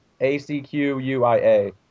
A-C-Q-U-I-A